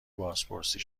بازپرسی